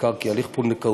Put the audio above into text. יוזכר כי הליך פונדקאות,